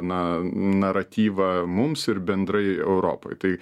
na naratyvą mums ir bendrai europai tai